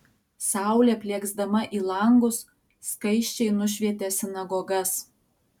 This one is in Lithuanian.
saulė plieksdama į langus skaisčiai nušvietė sinagogas